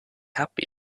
happy